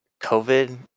COVID